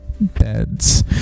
beds